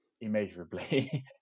immeasurably